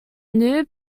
new